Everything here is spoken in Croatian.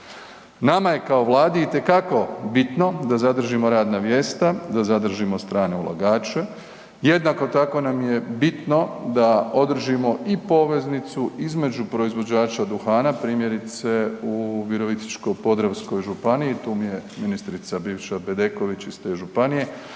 Nama je kao Vladi itekako bitno da zadržimo radna mjesta, da zadržimo strane ulagače, jednako tako nam je bitno da održimo i poveznicu između proizvođača duhana primjerice u Virovitičko-podravskoj županiji tu mi je ministrica bivša Bedeković iz te županije